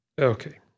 Okay